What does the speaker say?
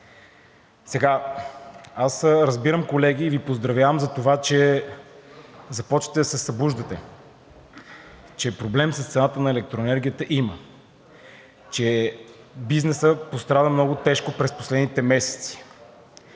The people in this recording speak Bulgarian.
Аз разбирам, колеги, и Ви поздравявам за това, че започвате да се събуждате, че проблем с цената на електроенергията има, че бизнесът пострада много тежко през последните месеци.